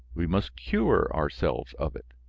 we must cure ourselves of it.